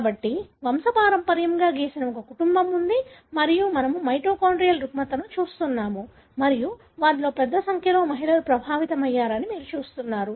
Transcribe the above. కాబట్టి వంశపారంపర్యంగా గీసిన ఒక కుటుంబం ఉంది మరియు మేము మైటోకాన్డ్రియల్ రుగ్మతను చూస్తున్నాము మరియు వారిలో పెద్ద సంఖ్యలో మహిళలు ప్రభావితమయ్యారని మీరు చూస్తారు